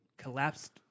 Collapsed